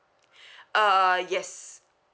uh yes